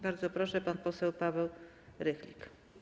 Bardzo proszę, pan poseł Paweł Rychlik.